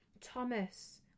Thomas